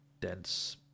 dense